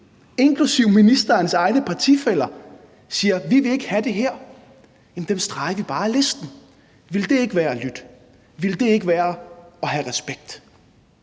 inklusive ministerens egne partifæller, siger, at vi vil ikke have det her, jamen dem stryger vi bare af listen? Ville det ikke være at lytte? Ville det ikke være at have respekt?